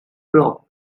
flock